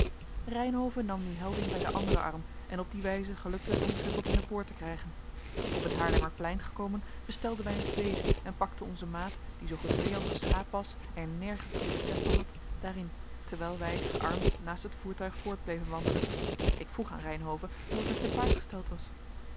reynhove nam nu helding bij den anderen arm en op die wijze gelukte het ons hem tot in de poort te krijgen op het haarlemmerplein gekomen bestelden wij een slede en pakten onzen maat die zoo gedwee als een schaap was en nergens meer besef van had daarin terwijl wij gearmd naast het voertuig voort bleven wandelen ik vroeg aan reynhove hoe het met zijn paard gesteld was